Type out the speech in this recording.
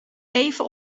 even